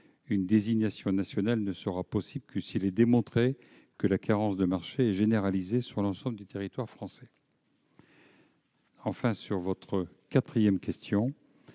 une désignation nationale ne sera possible que s'il est démontré que la carence de marché est généralisée sur l'ensemble du territoire français. Enfin, sur la quatrième question,